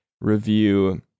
review